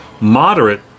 moderate